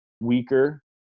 weaker